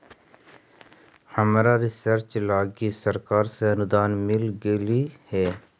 हमरा रिसर्च लागी सरकार से अनुदान मिल गेलई हे